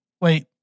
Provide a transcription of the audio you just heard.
Wait